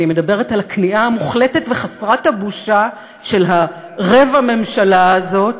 אני מדברת על הכניעה המוחלטת וחסרת הבושה של הרבע-ממשלה הזאת